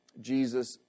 Jesus